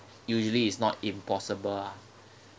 usually it's not impossible ah